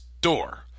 door